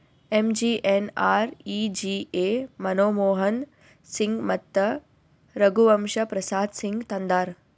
MGNREGA Manmohan Singh ಮತ್ತ ರಘುವಂಶ ಪ್ರಸಾದ್ ಸಿಂಗ್ ತಂದಾರ್